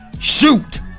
Shoot